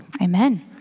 Amen